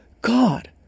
God